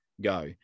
go